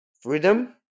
Freedom